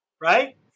right